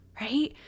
right